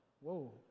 Whoa